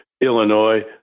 Illinois